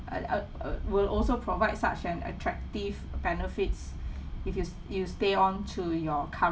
uh uh uh will also provide such an attractive benefits if you if you stay on to your